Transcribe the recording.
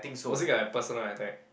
was it like a personal attack